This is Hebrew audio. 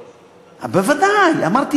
בוודאי, אמרתי